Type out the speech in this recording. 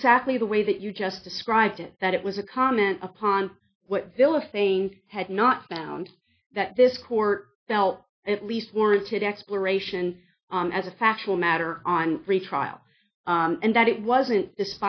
exactly the way that you just described it that it was a comment upon what village things had not found that this court felt at least warranted exploration as a factual matter on free trial and that it wasn't